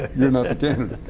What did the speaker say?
you're not the candidate.